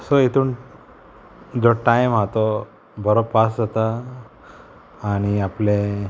so हेतून जो time आहा तो बरो पास जाता आनी आपले